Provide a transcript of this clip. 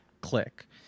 click